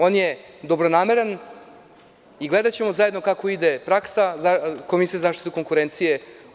On je dobronameran i gledaćemo zajedno kako ide praksa Komisije za zaštitu konkurencije.